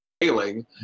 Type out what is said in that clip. failing